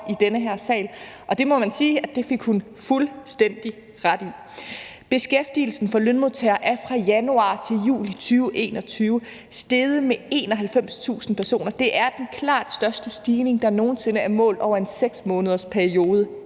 i den her sal, og det må man sige hun fik fuldstændig ret i. Beskæftigelsen for lønmodtagere er fra januar til juli 2021 steget med 91.000 personer, og det er den klart største stigning, der nogen sinde er målt over en periode